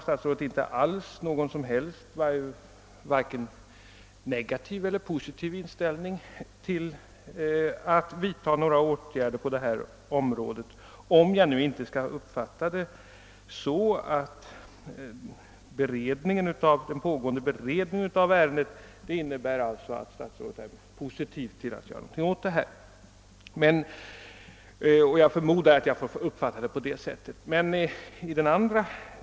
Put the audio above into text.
| Statsrådet utvecklar ingen vare sig positiv eller negativ inställning till förslaget att vidta åtgärder på detta ormråde — om jag inte skall uppfatta det skrivna så att den pågående beredningen av ärendet innebär att statsrådet är positivt inställd och vill göra något åt denna sak. Jag förmodar att jag får uppfatta det skrivna på det sättet.